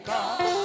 God